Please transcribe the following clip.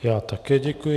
Já také děkuji.